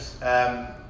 Yes